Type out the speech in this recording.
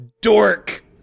Dork